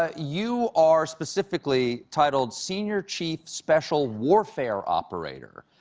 ah you are specifically titled senior chief special warfare operator.